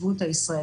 ההטמנה